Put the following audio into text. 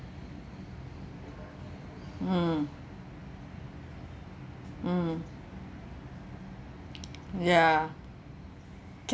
mm mm ya